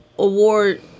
award